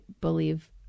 believe